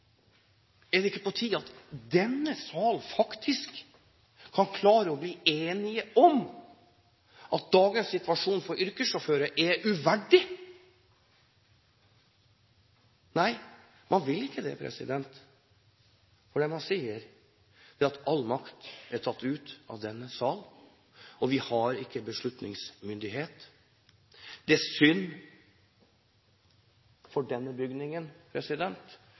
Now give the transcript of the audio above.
Er det ikke på tide at denne sal kan klare å bli enige om at dagens situasjon for yrkessjåfører er uverdig? Nei, man vil ikke det, og jeg må si at all makt er tatt ut av denne sal. Vi har ikke beslutningsmyndighet. Det er synd for oss i denne bygningen,